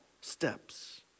steps